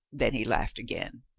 then he laughed again.